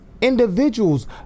individuals